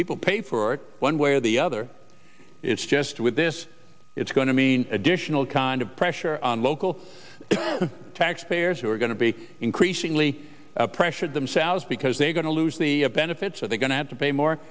people pay for it one way or the other it's just with this it's going to mean additional kind of pressure on local taxpayers who are going to be increasingly pressured themselves because they're going to lose the benefits are they going to have to pay more